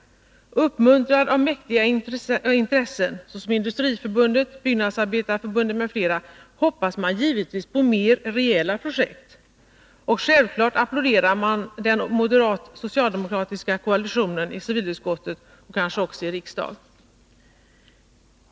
Uppmuntrad av mäktiga intressen såsom Industriförbundet, Byggnadsarbetareförbundet m.fl. hoppas man givetvis på mer rejäla projekt. Och självklart applåderar man den moderat-socialdemokratiska koalitationen i civilutskottet och kanske också i riksdagen.